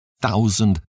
Thousand